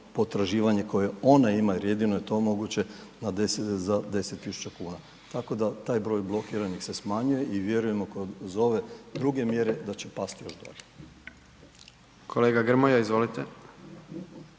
potraživanje koje ona ima jer jedino je to moguće za 10 tisuća kuna, tako da broj blokiranih se smanjuje. I vjerujemo kroz ove druge mjere da će pasti još dolje. **Jandroković,